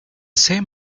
same